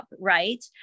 right